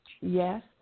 Yes